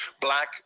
black